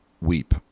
weep